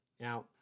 Now